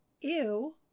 Ew